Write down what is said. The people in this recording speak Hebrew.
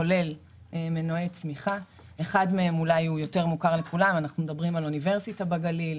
כולל מנועי צמיחה שאחד מהם הוא אוניברסיטה בגליל.